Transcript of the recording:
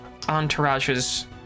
entourages